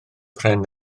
pren